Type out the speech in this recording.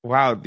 Wow